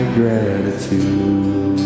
gratitude